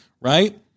Right